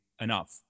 enough